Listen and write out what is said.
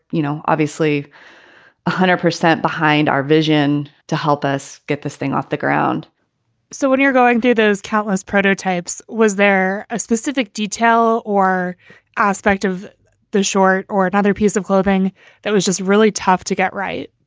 you know, obviously one hundred percent behind our vision to help us get this thing off the ground so when you're going through those countless prototypes, was there a specific detail or aspect of the short or another piece of clothing that was just really tough to get, right?